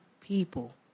people